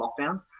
lockdown